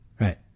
Right